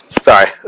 Sorry